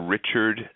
Richard